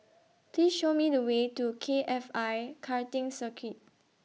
Please Show Me The Way to K F I Karting Circuit